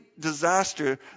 disaster